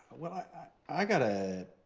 well i i got to.